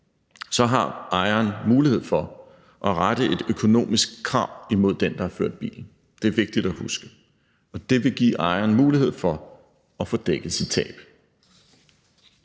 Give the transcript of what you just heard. har ejeren mulighed for at rette et økonomisk krav imod den, der har ført bilen. Det er vigtigt at huske, og det vil give ejeren mulighed for at få dækket sit tab.